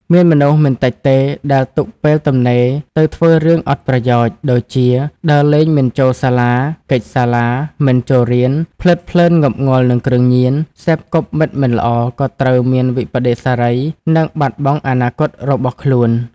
មានមនុស្សមិនតិចទេដែលទុកពេលទំនេរទៅធ្វើរឿងអត់ប្រយោជន៍ ដូចជា ដើរលេងមិនចូលសាលា គេចសាលា មិនចូលរៀន ភ្លើតភ្លើនងប់ងុលនឹងគ្រឿងញៀន សេពគប់មិត្តមិនល្អក៏ត្រូវមានវិប្បដិសារី និងបាត់បង់អនាគតរបស់ខ្លួន ។